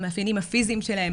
המאפיינים הפיזיים שלהם,